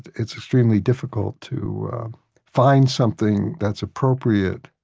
it's extremely difficult to find something that's appropriate,